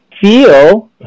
feel